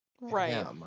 Right